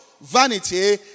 Vanity